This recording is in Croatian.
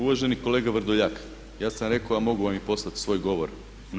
Uvaženi kolega Vrdoljak, ja sam rekao a mogu vam i poslati svoj govor na